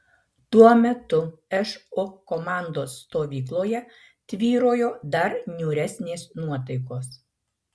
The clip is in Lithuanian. tuo metu šu komandos stovykloje tvyrojo dar niūresnės nuotaikos